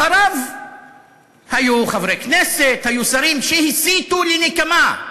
אחריו היו חברי כנסת, היו שרים שהסיתו לנקמה,